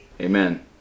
Amen